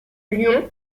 lyon